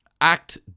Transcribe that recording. Act